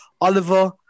Oliver